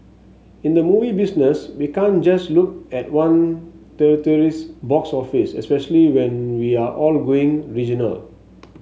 in the movie business we can't just look at one territory's box office especially when we are all going regional